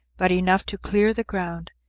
but enough to clear the ground,